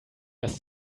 das